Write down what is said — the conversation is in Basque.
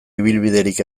ibilbiderik